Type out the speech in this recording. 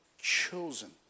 chosen